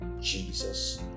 Jesus